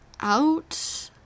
out